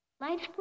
Lights